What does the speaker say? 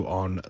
on